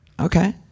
Okay